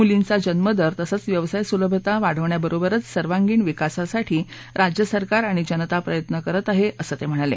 मुलींचा जन्मदर तसंच व्यवसाय सुलभता वाढवण्याबरोबरच सर्वांगीण विकासासाठी राज्य सरकार आणि जनता प्रयत्न करत आहे असं ते म्हणाले